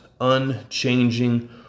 unchanging